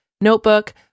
notebook